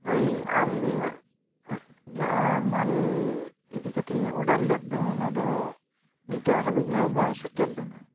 ᱵᱷᱟᱹᱭ ᱟᱢ ᱡᱟᱦᱟᱸ ᱢᱟᱞ ᱤᱫᱤ ᱠᱟᱛᱮᱧ ᱚᱰᱟᱨ ᱞᱮᱫ ᱫᱚ ᱚᱱᱟ ᱫᱚ ᱱᱤᱛᱳᱜ ᱦᱟᱹᱵᱤᱡ ᱦᱚᱸ ᱵᱟᱝ ᱥᱮᱴᱮᱨ ᱞᱮᱱᱟ